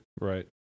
Right